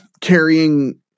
carrying